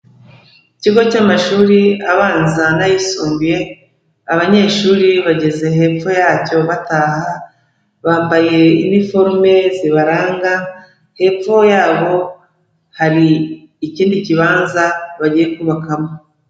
Ikigo cy'amashuri abanza n'ayisumbuye, abanyeshuri bageze hepfo yacyo bataha bambaye iniforume zibaranga, hepfo yabo hari ikindi kibanza bagiye kubakamo.